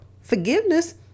forgiveness